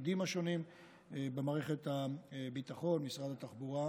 התפקידים השונים במערכת הביטחון ובמשרד התחבורה.